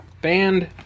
Band